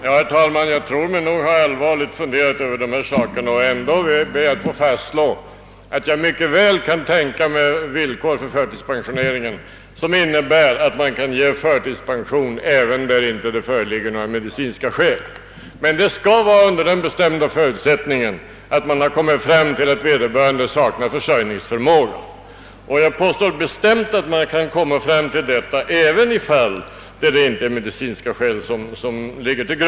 Herr talman! Jag tror nog att jag allvarligt funderat över dessa saker. Ändå ber jag att få fastslå, att jag mycket väl kan tänka mig villkor för förtidspensionering, som innebär att förtidspension kan beviljas även då inga medicinska skäl föreligger. Det skall emellertid vara under den bestämda förutsättningen, att man har kommit fram till att vederbörande saknar försörjningsförmåga. Jag påstår bestämt att man kan påträffa detta även i fall då medicinska skäl inte föreligger.